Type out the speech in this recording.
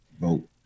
Vote